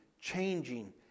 changing